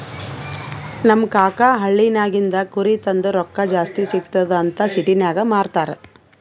ನಮ್ ಕಾಕಾ ಹಳ್ಳಿನಾಗಿಂದ್ ಕುರಿ ತಂದು ರೊಕ್ಕಾ ಜಾಸ್ತಿ ಸಿಗ್ತುದ್ ಅಂತ್ ಸಿಟಿನಾಗ್ ಮಾರ್ತಾರ್